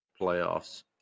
playoffs